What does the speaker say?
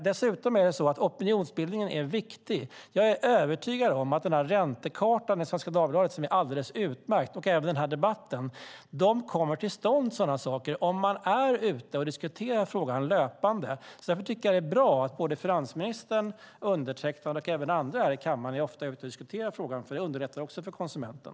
Dessutom är opinionsbildningen viktig. Jag är övertygad om att räntekartan i Svenska Dagbladet är alldeles utmärkt, liksom den här debatten. Sådana saker kommer till stånd om man är ute och diskuterar frågan löpande. Därför är det bra att finansministern, undertecknad och andra här i kammaren ofta är ute och diskuterar denna fråga, för det underlättar också för konsumenten.